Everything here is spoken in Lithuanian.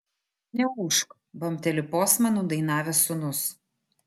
neūžk bambteli posmą nudainavęs sūnus